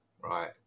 right